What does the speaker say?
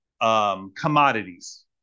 commodities